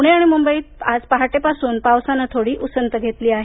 पुणे आणि मुंबईत आज पहाटेपासून पावसानं उसंत घेतली आहे